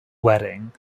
wedding